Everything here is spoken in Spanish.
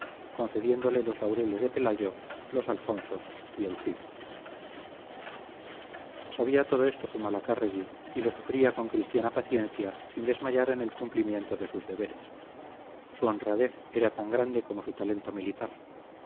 concediéndole los laureles de pelayo los alfonsos y el cid sabía todo esto zumalacárregui y lo sufría con cristiana paciencia sin desmayar en el cumplimiento de sus deberes su honradez era tan grande como su talento militar